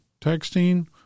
texting